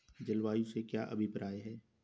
जलवायु से क्या अभिप्राय है?